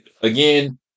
Again